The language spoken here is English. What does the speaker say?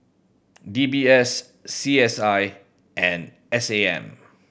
D B S C S I and S A M